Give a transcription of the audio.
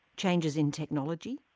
changes in technology?